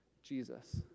Jesus